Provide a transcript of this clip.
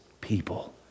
people